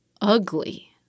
ugly